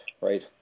right